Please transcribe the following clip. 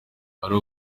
hari